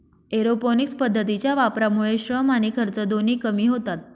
aeroponics पद्धतीच्या वापरामुळे श्रम आणि खर्च दोन्ही कमी होतात